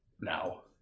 Now